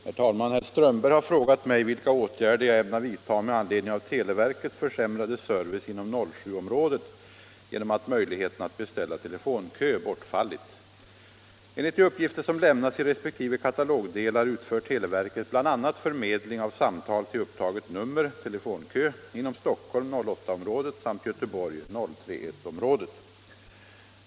Herr talman! Herr Strömberg i Botkyrka har frågat mig vilka åtgärder jag ämnar vidta med anledning av televerkets försämrade service inom 07-området genom att möjligheten att beställa telefonkö bortfallit. Enligt de uppgifter som lämnas i resp. katalogdelar utför televerket bl.a. förmedling av samtal till upptaget nummer, telefonkö, inom Stockholm, 08-området, samt Göteborg, 031-området.